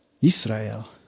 Israel